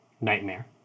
nightmare